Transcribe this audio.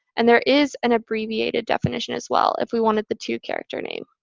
and there is an abbreviated definition, as well, if we wanted the two-character name.